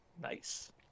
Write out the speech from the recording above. Nice